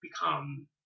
become